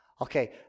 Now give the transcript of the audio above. Okay